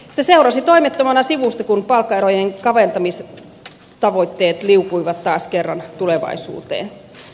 se seurasi toimettomana sivusta kun palkkaerojen kaventamistavoitteet liukuivat taas kerran tulevaisuuteen